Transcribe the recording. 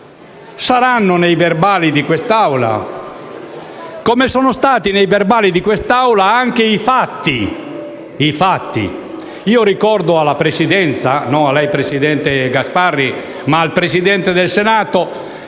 stenografici di quest'Aula come sono stati nei Resoconti di quest'Aula anche i fatti. Ricordo alla Presidenza - non a lei, presidente Gasparri, ma al presidente del Senato